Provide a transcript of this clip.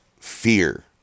fear